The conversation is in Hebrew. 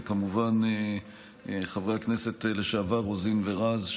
וכמובן של חברי הכנסת לשעבר רוזין ורז,